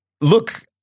look